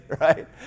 right